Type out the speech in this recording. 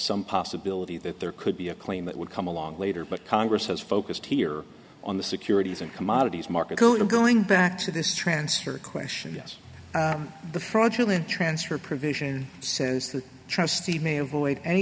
some possibility that there could be a claim that would come along later but congress has focused here on the securities and commodities market going and going back to this transfer question yes the fraudulent transfer provision says the trustee may avoid any